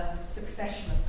succession